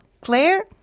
Claire